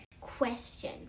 Question